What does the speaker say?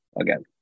again